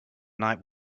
night